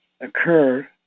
occur